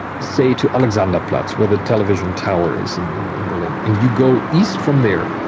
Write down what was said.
say, to alexanderplatz, where the television tower is in berlin, and you go east from there,